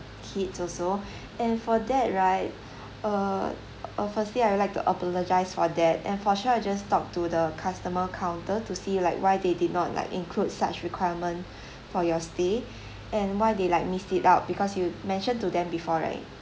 kids also and for that right err uh firstly I would like to apologise for that and for sure I just talk to the customer counter to see like why they did not like include such requirement for your stay and why they like missed it out because you mention to them before right